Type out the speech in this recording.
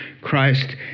Christ